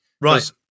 right